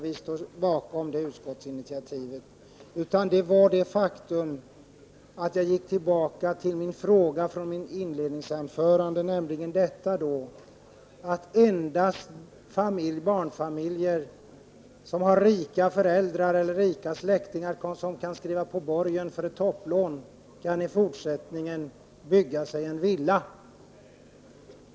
Vi står bakom det utskottsinitiativet. Jag gick tillbaka till min fråga från mitt inledningsanförande, nämligen detta att endast barnfamiljer som har rika föräldrar eller rika släktingar som kan skriva på borgen för ett topplån, i fortsättningen kan bygga sig en villa.